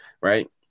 right